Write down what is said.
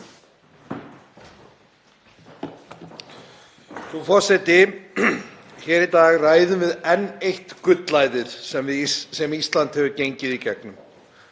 Frú forseti. Hér í dag ræðum við enn eitt gullæðið sem Ísland hefur gengið í gegnum.